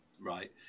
Right